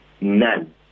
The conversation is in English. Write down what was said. None